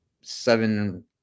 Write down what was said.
seven